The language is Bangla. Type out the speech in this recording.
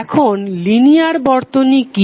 এখন লিনিয়ার বর্তনী কি